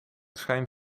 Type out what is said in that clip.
schijn